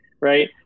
right